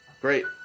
great